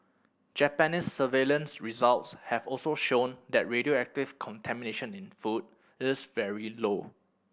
Japan's surveillance results have also shown that radioactive contamination in food it is very low